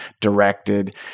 directed